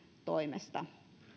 toimesta